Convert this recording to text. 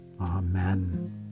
Amen